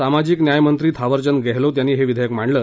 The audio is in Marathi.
सामाजिक न्याय मंत्री थावरचंद गहलोत यांनी हे विधेयक मांडलं